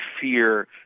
fear